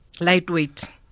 lightweight